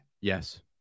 Yes